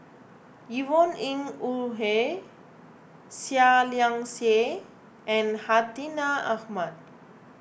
Yvonne Ng Uhde Seah Liang Seah and Hartinah Ahmad